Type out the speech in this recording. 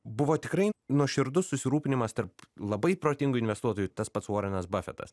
buvo tikrai nuoširdus susirūpinimas tarp labai protingų investuotojų tas pats vuorenas bafetas